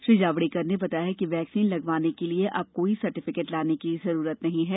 श्री जावडेकर ने बताया कि वैक्सीन लगवाने के लिए अब कोई सर्टिफिकेट लाने की जरूरत नहीं है